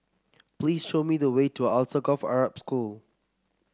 please show me the way to Alsagoff Arab School